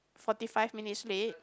forty five minutes late